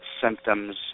symptoms